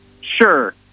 Sure